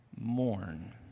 mourn